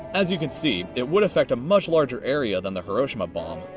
as you can see, it would affect a much larger area than the hiroshima bomb.